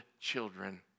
children